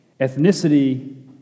ethnicity